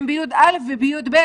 שהם ב-י"א וב-י"ב,